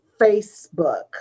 Facebook